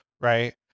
Right